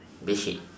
bed sheet